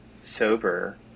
sober